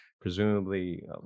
presumably